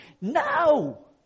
no